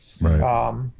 Right